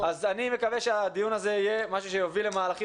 אני מקווה שהדיון הזה יוביל למהלכים